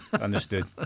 understood